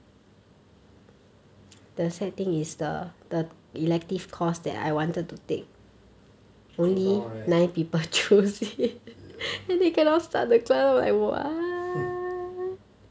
close down right ya